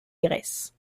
graisses